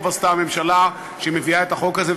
טוב עשתה הממשלה שמביאה את החוק הזה.